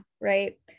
right